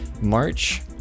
March